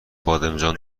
بادمجان